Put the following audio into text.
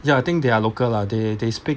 ya I think they are local lah they they speak